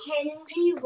Henry